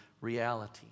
reality